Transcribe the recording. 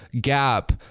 gap